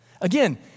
Again